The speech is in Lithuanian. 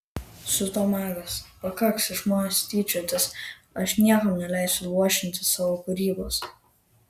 siuto magas pakaks iš manęs tyčiotis aš niekam neleisiu luošinti savo kūrybos